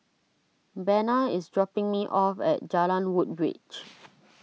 Bena is dropping me off at Jalan Woodbridge